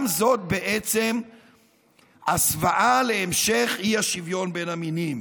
גם זאת בעצם הסוואה להמשך האי-שוויון בין המינים.